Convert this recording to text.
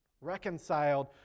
Reconciled